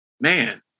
man